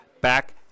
back